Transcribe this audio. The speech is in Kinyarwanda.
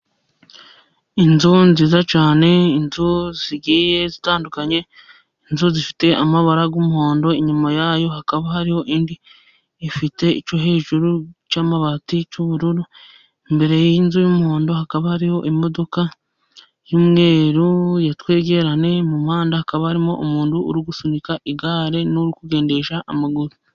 Inzu nziza cyane, inzu zigiye zitandukanye, inzu zifite amabara y'umuhondo, inyuma yayo hakaba hariho indi ifite icyo hejuru cy'amabati cy'ubururu. Imbere y'inzu y'umuhondo hakaba hariho imodoka y'umweru ya twegerane, mu muhanda hakaba harimo umuntu uri gusunika igare n'undi uri kugendesha amaguru.